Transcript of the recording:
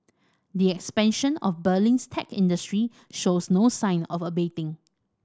the expansion of Berlin's tech industry shows no sign of abating